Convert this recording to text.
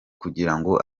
kugirango